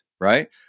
right